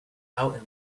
out